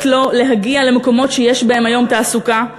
לו להגיע למקומות שיש בהם היום תעסוקה?